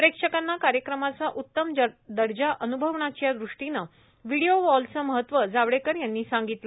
प्रेक्षकांना कार्यक्रमाचा उत्तम दर्जा अन्भवण्याच्या दृष्टीनं व्हिडीओ वॉलचे महत्व जावडेकर यांनी सांगितलं